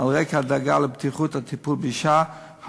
ועל רקע הדאגה לבטיחות הטיפול באישה,